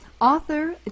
Author